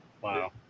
Wow